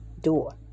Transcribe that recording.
door